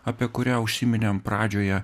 apie kurią užsiminėm pradžioje